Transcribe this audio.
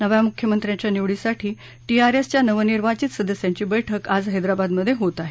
नव्या मुख्यमंत्र्यांच्या निवडीसाठी टीआरएसच्या नवनिर्वाचित सदस्यांची बैठक आज हैदराबादमधे होत आहे